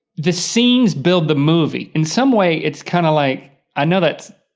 the scenes build the movie. in some way, it's kind of like, i know that,